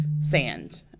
sand